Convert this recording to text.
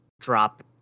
drop